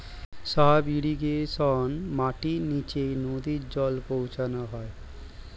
sub irrigation মাটির নিচে নদী জল পৌঁছানো হয়